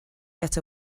get